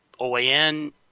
OAN